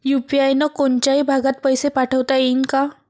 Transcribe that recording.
UPI न कोनच्याही भागात पैसे पाठवता येईन का?